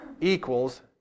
equals